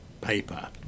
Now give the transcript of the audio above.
paper